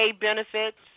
benefits